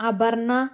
Aparna